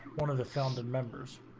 one of the founding members